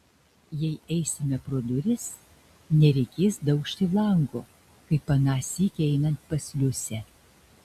jei eisime pro duris nereikės daužti lango kaip aną sykį einant pas liusę